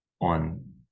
on